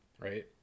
right